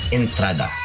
entrada